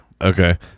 Okay